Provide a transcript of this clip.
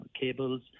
cables